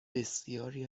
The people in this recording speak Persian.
بسیاری